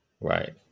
Right